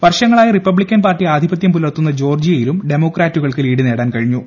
വർഷങ്ങളായി Republican party ആധ്യിപത്യം പുലർത്തുന്ന ജോർജിയയിലും ഡെമോക്രാറ്റുകൾക്ക് ല്ലീസ് നേടാൻ കഴിഞ്ഞു